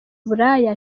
buraya